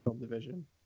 division